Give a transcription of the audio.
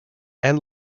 and